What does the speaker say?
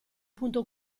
punto